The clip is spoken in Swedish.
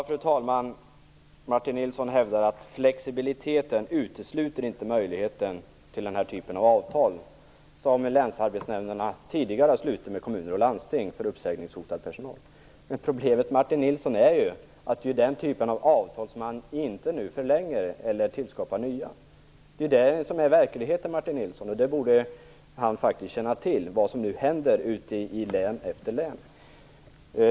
Fru talman! Martin Nilsson hävdar att flexibiliteten inte utesluter möjligheten till den typ av avtal för uppsägningshotad personal som länsarbetsnämnderna tidigare har slutit med kommuner och landsting. Men problemet är ju, Martin Nilsson, att man nu inte förlänger eller tillskapar nya sådana avtal. Sådan är verkligheten, och han borde faktiskt känna till vad som nu händer i län efter län.